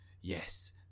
yes